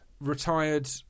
retired